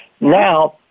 now